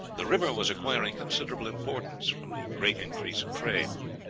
the river was acquiring considerable importance from the great increase of trade.